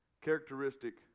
characteristic